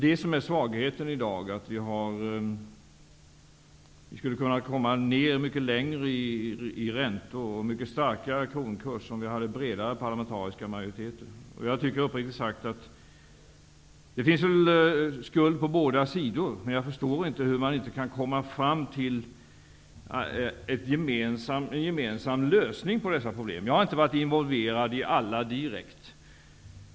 Vi skulle i dag kunna nå en lägre ränta och en starkare kronkurs, om det fanns bredare parlamentariska majoriteter. Uppriktigt sagt tycker jag att det nog finns skuld på båda sidor. Men jag förstår inte varför man inte kan komma fram till en gemensam lösning på problemen. Jag har inte varit direkt involverad i alla.